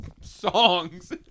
songs